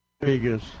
Vegas